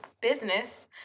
business